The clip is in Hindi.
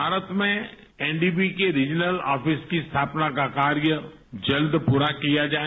भारत में एनडीबी के रीजनल ऑफिस की स्थापना का कार्य जल्द प्ररा किया जाए